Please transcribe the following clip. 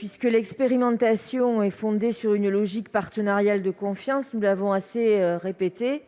Lubin. L'expérimentation est fondée sur une logique partenariale de confiance, nous l'avons assez répété.